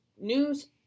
news